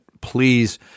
Please